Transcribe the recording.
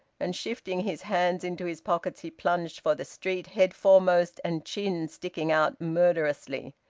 and shifting his hands into his pockets he plunged for the street, head foremost and chin sticking out murderously.